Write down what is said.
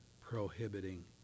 prohibiting